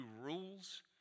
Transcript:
rules